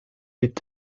est